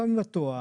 לפעמים את טועה,